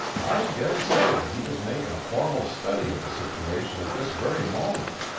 i dare say that he is making a formal study of the situation at this very moment,